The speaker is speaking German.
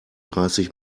dreißig